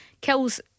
kills